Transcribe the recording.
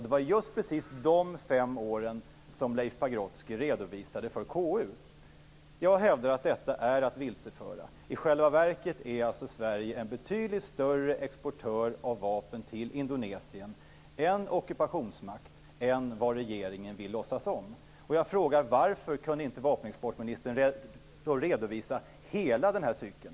Det var just precis de fem åren Leif Pagrotsky redovisade för KU. Jag hävdar att detta är att vilseleda. I själva verket är Sverige en betydligt större exportör av vapen till Indonesien, en ockupationsmakt, än vad regeringen vill låtsas om. Varför kunde inte vapenexportministern redovisa för hela cykeln?